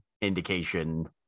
indication